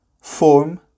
form